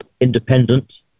independent